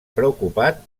preocupat